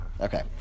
Okay